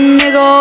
nigga